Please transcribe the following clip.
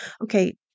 okay